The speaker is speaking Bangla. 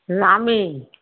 নামেই